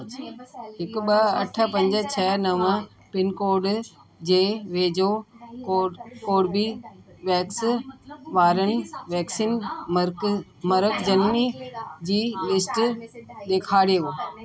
हिकु ॿ अठ पंज छह नव पिनकोड जे वेझो कोड कोर्बीवैक्स वारनि वैक्सीन मर्क मर्कज़नी जी लिस्ट ॾेखारियो